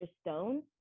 Stone